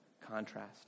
contrast